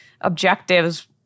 objectives